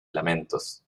lamentos